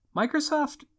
microsoft